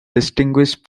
distinguished